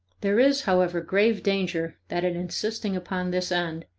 there is, however, grave danger that in insisting upon this end,